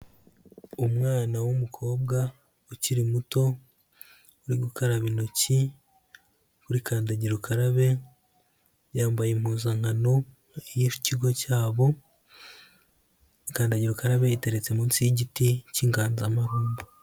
Umwana w'umukobwa ukiri muto uri gukaraba intoki kuri kandagira ukarabe, yambaye impuzankano y'ikigo cyabo, kandagira ukarabe iteretse munsi y'igiti cy'inganzamarumbo.